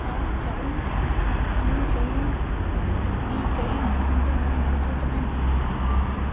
छा चाहिं जूं शयूं ॿी कंहिं ब्रांड में मौजूदु आहिनि